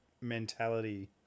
mentality